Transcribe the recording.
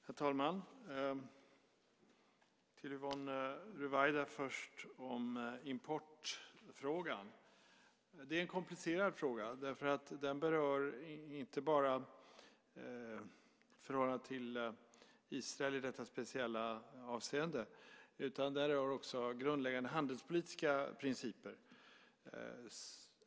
Herr talman! Först några ord till Yvonne Ruwaida i importfrågan. Det är en komplicerad fråga. Den berör inte bara förhållandena till Israel i detta speciella avseende. Den rör också grundläggande handelspolitiska principer.